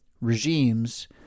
regimes